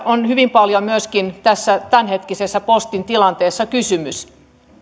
on hyvin paljon myöskin tässä tämänhetkisessä postin tilanteessa kysymys